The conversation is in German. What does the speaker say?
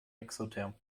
exotherm